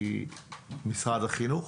משרד החינוך?